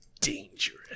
dangerous